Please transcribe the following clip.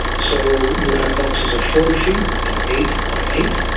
so you had boxes of forty feet by eight by eight,